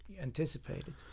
anticipated